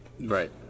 right